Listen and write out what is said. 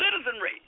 citizenry